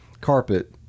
carpet